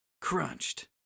crunched